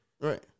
Right